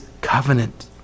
covenant